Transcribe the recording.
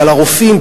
אבל הרופאים,